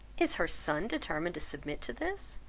is her son determined to submit to this,